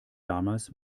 damals